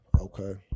okay